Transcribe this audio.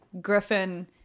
Griffin